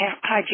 Hi